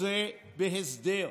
רוצה בהסדר.